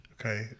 Okay